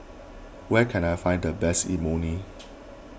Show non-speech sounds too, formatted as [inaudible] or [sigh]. where can I find the best Imoni [noise]